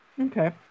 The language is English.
Okay